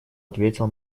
ответил